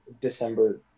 december